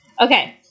Okay